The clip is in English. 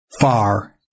far